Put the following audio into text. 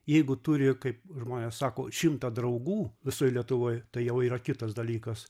jeigu turi kaip žmonės sako šimtą draugų visoj lietuvoj tai jau yra kitas dalykas